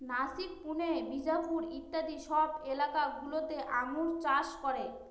নাসিক, পুনে, বিজাপুর ইত্যাদি সব এলাকা গুলোতে আঙ্গুর চাষ করে